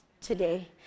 today